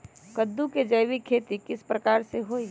कददु के जैविक खेती किस प्रकार से होई?